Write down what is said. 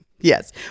yes